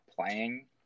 playing